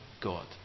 God